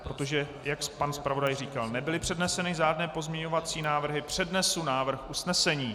Protože, jak pan zpravodaj říkal, nebyly předneseny žádné pozměňovací návrhy, přednesu návrh usnesení.